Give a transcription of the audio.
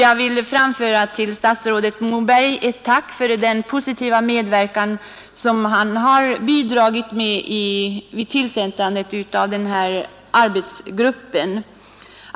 Jag vill framföra ett tack till statsrådet Moberg för hans positiva medverkan vid tillsättandet av denna arbetsgrupp.